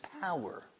power